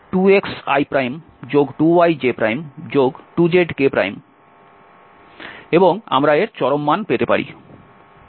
সুতরাং ∇f2xi2yj2zk এবং আমরা এর চরম মান পেতে পারি